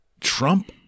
Trump